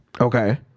Okay